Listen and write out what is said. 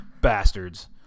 bastards